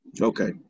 Okay